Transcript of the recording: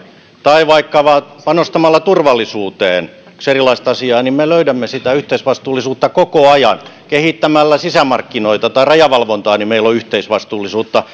tai vaikkapa panostamalla turvallisuuteen kaksi erilaista asiaa me löydämme sitä yhteisvastuullisuutta koko ajan kehittämällä sisämarkkinoita tai rajavalvontaa meillä on yhteisvastuullisuutta